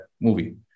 movie